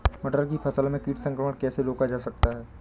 मटर की फसल में कीट संक्रमण कैसे रोका जा सकता है?